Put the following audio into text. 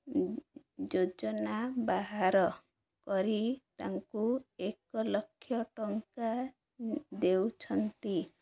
ଯୋଜନା ବାହାର କରି ତାଙ୍କୁ ଏକ ଲକ୍ଷ ଟଙ୍କା ଦେଉଛନ୍ତି